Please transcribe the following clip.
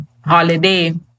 holiday